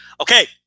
Okay